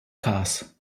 każ